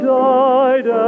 died